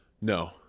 No